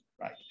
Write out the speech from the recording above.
right